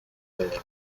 there